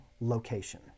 location